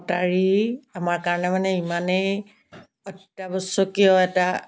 গাড়ী আমাৰ কাৰণে মানে ইমানে অত্যাৱশ্যকীয় এটা